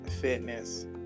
fitness